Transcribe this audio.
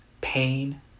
pain